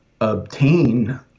obtain